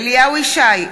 אליהו ישי,